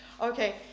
Okay